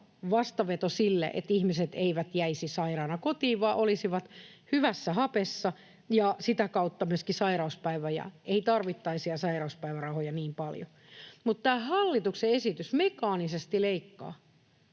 vastaveto sille, että ihmiset eivät jäisi sairaina kotiin vaan olisivat hyvässä hapessa, ja sitä kautta myöskään sairauspäiviä ja sairauspäivärahoja ei tarvittaisi niin paljon. Mutta tämä hallituksen esitys mekaanisesti leikkaa